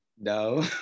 No